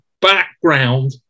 background